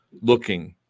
looking